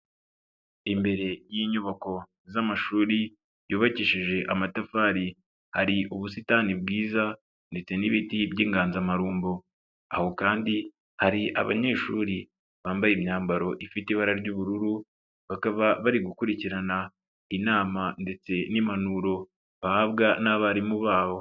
Imbere y'inyubako z'amashuri yubakishije amatafari, hari ubusitani bwiza ndetse n'ibiti by'inganzamarumbo, aho kandi hari abanyeshuri bambaye imyambaro ifite ibara ry'ubururu, bakaba bari gukurikirana inama ndetse n'impanuro bahabwa n'abarimu babo.